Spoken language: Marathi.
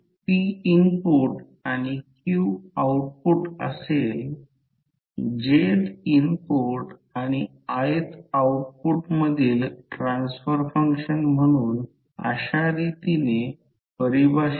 तर बघा तर या टर्म्स तेथे नसाव्यात तेथे केवळ कॉइल 1 चे इम्पेडन्स असेल परंतु यामुळे म्युच्युअल इंडक्टन्सची ही संज्ञा जोडली गेली आहे